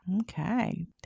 Okay